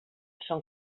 són